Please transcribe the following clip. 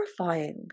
terrifying